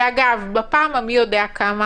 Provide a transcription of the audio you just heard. שבפעם המי-יודע-כמה